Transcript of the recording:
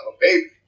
baby